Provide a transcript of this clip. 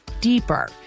deeper